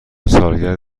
سالگرد